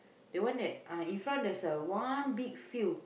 that one that ah in front there's a one big field